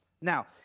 Now